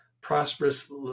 prosperous